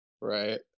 right